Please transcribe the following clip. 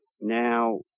Now